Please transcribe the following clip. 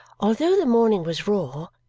although the morning was raw,